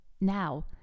Now